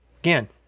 Again